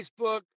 Facebook